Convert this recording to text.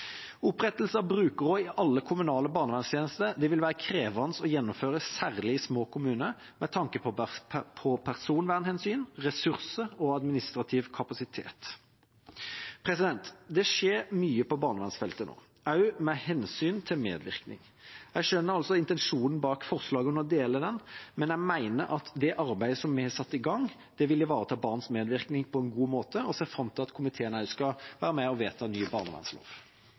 Opprettelse av brukerråd i alle kommunale barnevernstjenester vil være krevende å gjennomføre, særlig i små kommuner, med tanke på personvernhensyn, ressurser og administrativ kapasitet. Det skjer mye på barnevernsfeltet nå, også med hensyn til medvirkning. Jeg skjønner altså intensjonen bak forslaget, og jeg deler den, men jeg mener at det arbeidet som er satt i gang, vil ivareta barns medvirkning på en god måte. Jeg ser fram til at komiteen også skal være med og vedta ny barnevernslov.